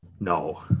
No